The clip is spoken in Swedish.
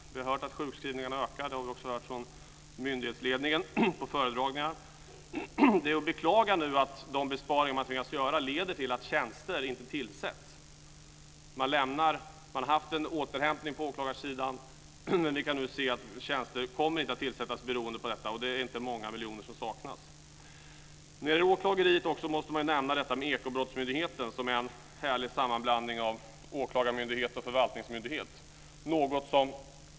Vi har fått höra att sjukskrivningarna ökar. Det har vi också fått höra från myndighetsledningen vid föredragningar. Det är att beklaga att de besparingar som man nu tvingas göra leder till att tjänster inte tillsätts. Man har haft en återhämtning på åklagarsidan, men vi kan se att tjänster inte kommer att tillsättas. Det är inte många miljoner som saknas. När det gäller åklagarverksamheten måste man också nämna Ekobrottsmyndigheten, som är en härlig sammanblandning av åklagar och förvaltningsmyndighet.